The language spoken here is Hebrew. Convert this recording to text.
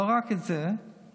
לא רק את זה עשיתי.